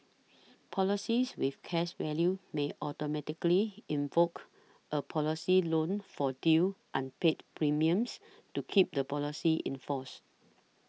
policies with cash value may automatically invoke a policy loan for due unpaid premiums to keep the policy in force